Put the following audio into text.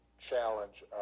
challenge